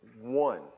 one